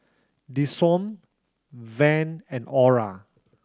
Deshaun Van and Ora